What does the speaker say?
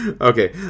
okay